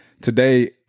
today